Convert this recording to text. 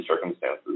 circumstances